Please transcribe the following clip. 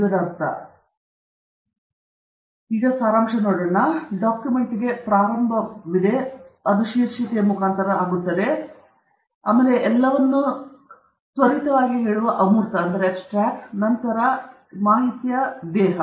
ಆದ್ದರಿಂದ ಇದು ಡಾಕ್ಯುಮೆಂಟ್ನ ಪ್ರಾರಂಭವಾಗಿದೆ ಇದು ಶೀರ್ಷಿಕೆ ಎಲ್ಲವನ್ನೂ ನೀಡುವ ಅಮೂರ್ತ ಮತ್ತು ನಂತರ ಪರಿಚಯವು ಹೇಳುತ್ತದೆ ನಿಮ್ಮ ಕೆಲಸವೇನು